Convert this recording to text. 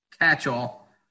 catch-all